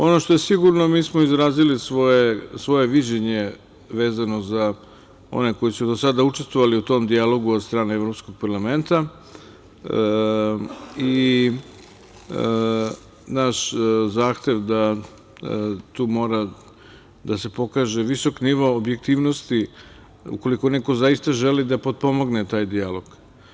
Ono što je sigurno, mi smo izrazili svoje viđenje, vezano za one koji su do sada učestvovali u tom dijalogu od strane Evropskog parlamenta i naš zahtev da tu mora da se pokaže visok nivo objektivnosti ukoliko neko zaista želi da potpomogne taj dijalog.